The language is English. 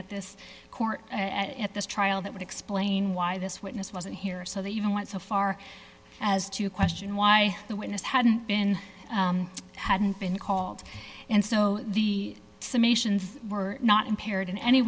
at this court at this trial that would explain why this witness wasn't here so they even went so far as to question why the witness hadn't been hadn't been called and so the summations were not impaired in any